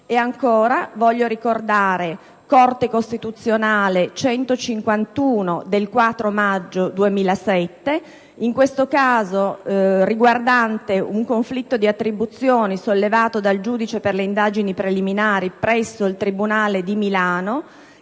sentenza della Corte costituzionale n. 151 del 4 maggio 2007, in questo caso riguardante un conflitto di attribuzione sollevato dal giudice per le indagini preliminari presso il tribunale di Milano